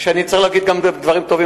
כשאני צריך להגיד דברים טובים,